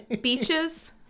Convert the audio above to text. Beaches